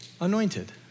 anointed